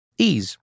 ease